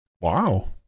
Wow